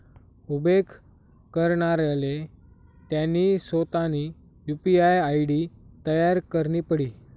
उपेग करणाराले त्यानी सोतानी यु.पी.आय आय.डी तयार करणी पडी